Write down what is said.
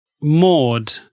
Maud